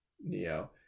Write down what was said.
Neo